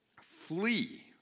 Flee